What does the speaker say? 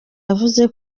yavuze